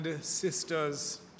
sisters